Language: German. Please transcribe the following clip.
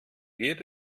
geht